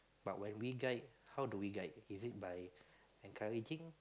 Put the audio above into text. but when we guide how do we guide is it by encouraging